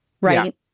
right